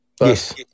Yes